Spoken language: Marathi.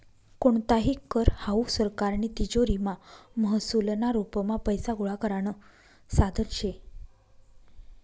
कोणताही कर हावू सरकारनी तिजोरीमा महसूलना रुपमा पैसा गोळा करानं साधन शे